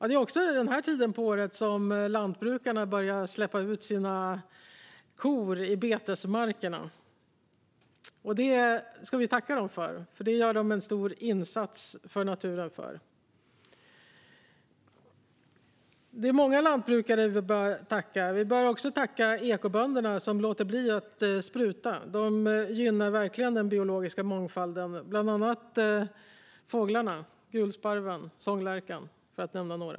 Det är också denna tid på året som lantbrukarna börjar släppa ut sina kor i betesmarkerna. Det ska vi tacka dem för - de gör därigenom en stor insats för naturen. Det är många lantbrukare vi bör tacka. Vi bör också tacka ekobönderna, som låter bli att spruta. De gynnar verkligen den biologiska mångfalden. Bland annat gynnar de fåglarna - gulsparven och sånglärkan för att nämna två.